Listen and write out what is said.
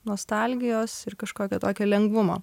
nostalgijos ir kažkokio tokio lengvumo